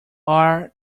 are